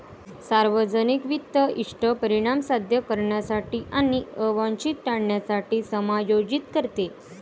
सार्वजनिक वित्त इष्ट परिणाम साध्य करण्यासाठी आणि अवांछित टाळण्यासाठी समायोजित करते